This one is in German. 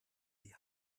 die